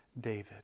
David